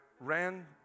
ran